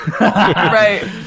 Right